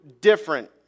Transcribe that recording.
different